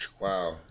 Wow